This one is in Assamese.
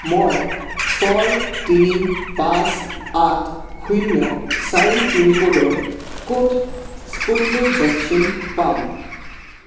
মই ছয় তিনি পাঁচ আঠ শূন্য চাৰি পিনক'ডৰ ক'ত স্পুটনিক ভেকচিন পাম